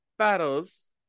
battles